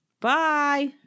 Bye